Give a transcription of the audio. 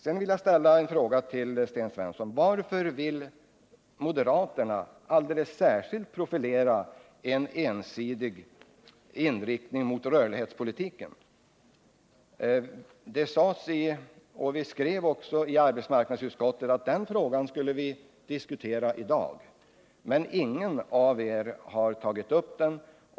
Sedan vill jag ställa en fråga till Sten Svensson: Varför vill moderaterna alldeles särskilt profilera sig genom en ensidig inriktning mot rörlighetspolitiken? Viskrev i arbetsmarknadsutskottets betänkande att vi skulle diskutera den frågan i detta sammanhang. Men ingen av er har tagit upp den.